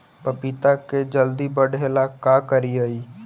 पपिता के जल्दी बढ़े ल का करिअई?